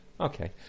Okay